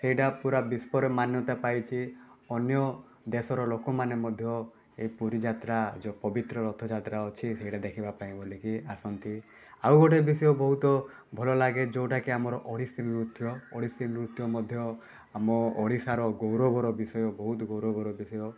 ଏଇଟା ପୂରା ବିଶ୍ୱରେ ମାନ୍ୟତା ପାଇଛି ଅନ୍ୟ ଦେଶର ଲୋକମାନେ ମଧ୍ୟ ଏ ପୁରୀ ଯାତ୍ରା ଯେଉଁ ପବିତ୍ର ରଥଯାତ୍ରା ଅଛି ସେଇଟା ଦେଖିବାପାଇଁ ବୋଲିକି ଆସନ୍ତି ଆଉ ଗୋଟେ ବିଷୟ ବହୁତ ଭଲ ଲାଗେ ଯେଉଁଟାକି ଆମର ଓଡ଼ିଶୀ ନୃତ୍ୟ ଓଡ଼ିଶୀ ନୃତ୍ୟ ମଧ୍ୟ ଆମ ଓଡ଼ିଶାର ଗୌରବର ବିଷୟ ବହୁତ ଗୌରବର ବିଷୟ